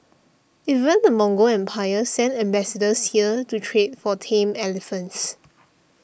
even the Mongol empire sent ambassadors here to trade for tame elephants